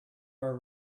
are